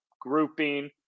grouping